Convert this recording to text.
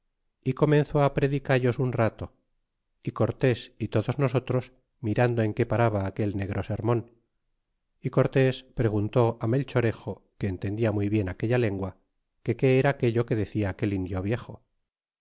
y comenzó fi predicallos un rato y cortés y todos nosotros mirando en qué paraba aquel negro sermon y cortés preguntó melchorejo que entendia muy bien aquella lengua que qué era aquello que decia aquel indio viejo